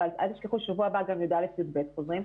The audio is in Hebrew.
אבל אל תשכחו שבשבוע הבא גם י"א-י"ב חוזרים,